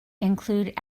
include